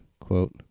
quote